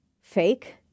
fake